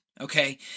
Okay